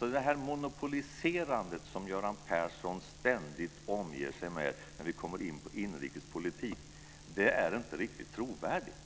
Det här monopoliserandet som Göran Persson ständigt håller på med när vi kommer in på inrikespolitik är inte riktigt trovärdigt.